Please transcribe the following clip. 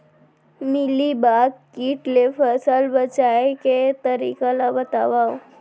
Mealybug किट ले फसल बचाए के तरीका बतावव?